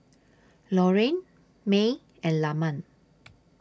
Loren May and Lamont